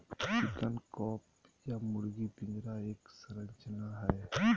chicken coop या मुर्गी पिंजरा एक संरचना हई,